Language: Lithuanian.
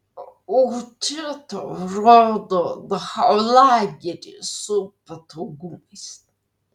o čia tau rodo dachau lagerį su patogumais